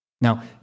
Now